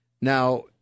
Now